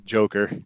Joker